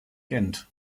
gent